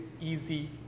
easy